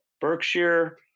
Berkshire